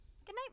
Goodnight